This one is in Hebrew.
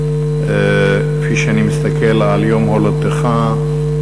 כפי שאני מסתכל על יום הולדתך,